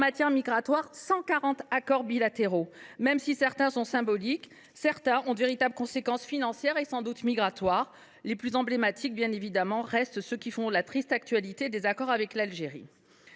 en matière migratoire, 140 accords bilatéraux ! Même si certains sont symboliques, d’autres ont de véritables conséquences financières et sans doute migratoires. Les plus emblématiques d’entre eux restent bien évidemment les accords avec l’Algérie,